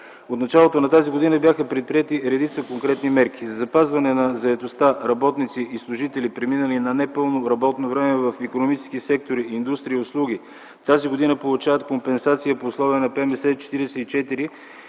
От началото на тази година бяха предприети редица конкретни мерки за запазване на заетостта, работници и служители, преминали на непълно работно време в икономическия сектор, индустрия и услуги тази година получават компенсация по условията на ПМС 44.